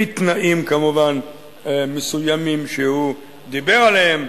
כמובן בתנאים מסוימים שהוא דיבר עליהם,